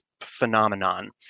phenomenon